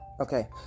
Okay